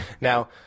Now